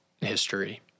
history